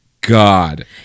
God